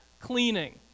cleaning